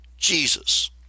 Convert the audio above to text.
Jesus